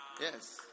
Yes